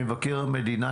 גם באמצעות אתר אינטרנט,